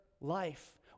life